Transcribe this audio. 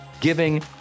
giving